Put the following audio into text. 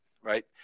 right